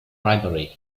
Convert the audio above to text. bribery